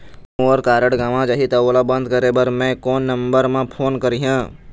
मोर card गंवा जाही त ओला बंद करें बर मैं कोन नंबर म फोन करिह?